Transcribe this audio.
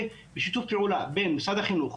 בשיתוף פעולה בין משרד החינוך,